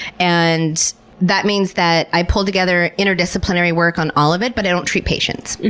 and that means that i pulled together interdisciplinary work on all of it, but i don't treat patients.